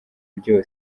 byo